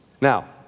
Now